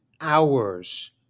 hours